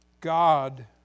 God